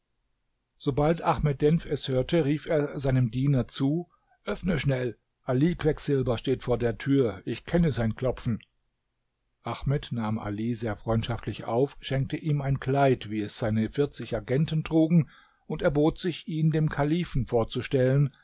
sobald ahmed denf es hörte rief er seinem diener zu öffne schnell ali quecksilber steht vor der tür ich kenne sein klopfen ahmed nahm ali sehr freundschaftlich auf schenkte ihm ein kleid wie es seine vierzig agenten trugen und erbot sich ihn dem kalifen vorzustellen